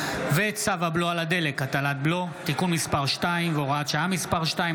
צו הבלו על הדלק (הטלת בלו) (תיקון מס' 2 והוראת שעה מס' 2),